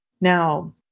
Now